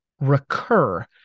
recur